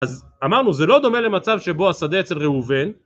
אז אמרנו זה לא דומה למצב שבו השדה אצל ראובן